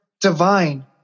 divine